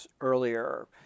earlier